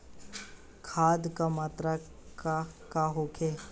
खाध के मात्रा का होखे?